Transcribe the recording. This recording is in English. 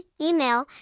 email